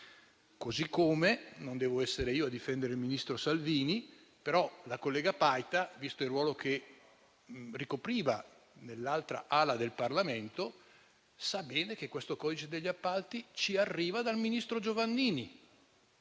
nostro Paese. Non devo essere io a difendere il ministro Salvini, ma la collega senatrice Paita, visto il ruolo che ricopriva nell'altro ramo del Parlamento, sa bene che questo codice degli appalti ci arriva dall'allora ministro Giovannini